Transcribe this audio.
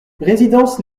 résidence